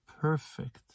perfect